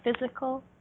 physical